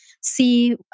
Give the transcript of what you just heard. see